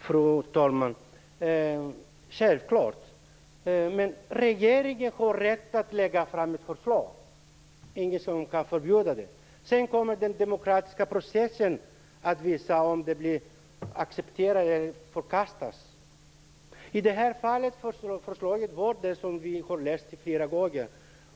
Fru talman! Självklart. Men regeringen har rätt att lägga fram ett förslag, det är ingen som kan förbjuda det. Sedan kommer den demokratiska processen att visa om det accepteras eller förkastas. I det här fallet blev förslaget det som vi läst flera gånger.